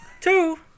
two